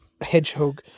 Hedgehog